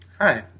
Hi